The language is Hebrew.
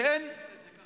כי אין כנסת,